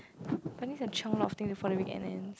I need to chiong a lot of things before the weekend ends